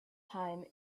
time